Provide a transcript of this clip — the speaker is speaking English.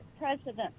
President